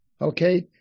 Okay